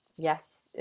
yes